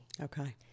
Okay